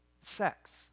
sex